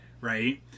right